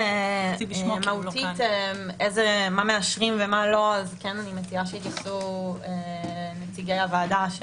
מהותית מה משארים ומה לא אני מציעה שיתייחסו נציגי הוועדה,